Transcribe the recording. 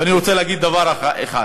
ואני רוצה להגיד עוד דבר אחד: